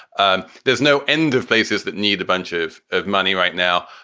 and there's no end of places that need a bunch of of money right now.